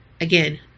Again